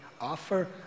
offer